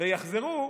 ויחזרו,